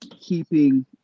keeping